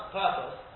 purpose